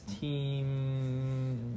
team